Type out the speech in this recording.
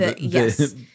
yes